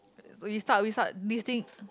so we start we start misting